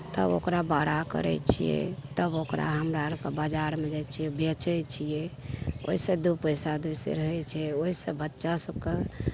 तब ओकरा बड़ा करै छिए तब ओकरा हमरा आओरके बजारमे जाए छिए बेचै छिए ओहिसे दुइ पइसा दुइ सेर होइ छै ओहिसे बच्चा सभकेँ